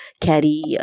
carry